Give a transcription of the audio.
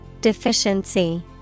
Deficiency